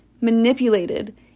manipulated